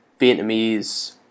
Vietnamese